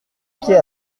pied